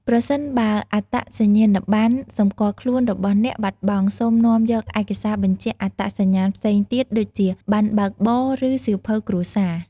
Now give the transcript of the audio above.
ប្រសិនបើអត្តសញ្ញាណប័ណ្ណសម្គាល់ខ្លួនរបស់អ្នកបាត់បង់ សូមនាំយកឯកសារបញ្ជាក់អត្តសញ្ញាណផ្សេងទៀត ដូចជាប័ណ្ណបើកបរ ឬសៀវភៅគ្រួសារ។